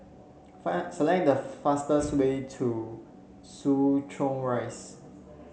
select the fastest way to Soo Chow Rise